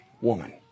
woman